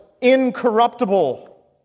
incorruptible